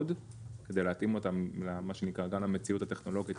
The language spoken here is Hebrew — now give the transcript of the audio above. כדי להתאים אותם למה שנקרא גל המציאות הטכנולוגית